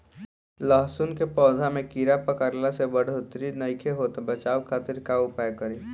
लहसुन के पौधा में कीड़ा पकड़ला से बढ़ोतरी नईखे होत बचाव खातिर का उपाय करी?